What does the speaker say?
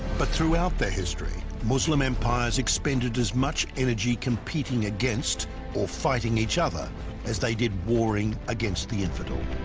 but throughout their history muslim empires expended as much energy competing against or fighting each other as they did warring against the infidel